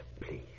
please